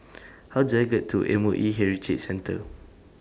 How Do I get to M O E Heritage Centre